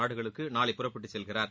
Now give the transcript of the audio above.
நாடுகளுக்கு நாளை புறப்பட்டுச் செல்கிறார்